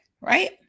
right